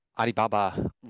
Alibaba